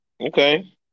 Okay